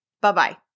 Bye-bye